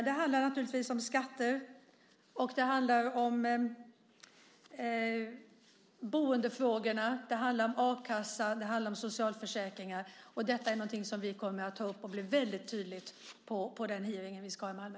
Det handlar naturligtvis om skatter, boendefrågor, a-kassa och socialförsäkringar, och detta är någonting som vi kommer att ta upp och som blir väldigt tydligt på den hearing vi ska ha i Malmö.